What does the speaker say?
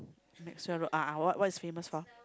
Maxwell-Road a'ah what's it famous for